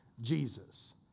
Jesus